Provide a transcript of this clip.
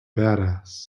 badass